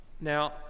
Now